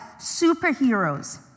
superheroes